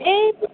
ए